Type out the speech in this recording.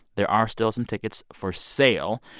there are still some tickets for sale.